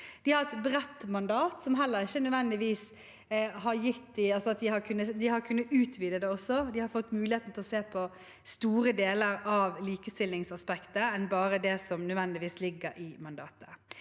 De har et bredt mandat, og de har også kunnet utvide det; de har fått muligheten til å se på større deler av likestillingsaspektet enn bare det som nødvendigvis ligger i mandatet.